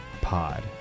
pod